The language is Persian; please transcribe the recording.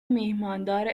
میهماندار